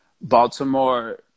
Baltimore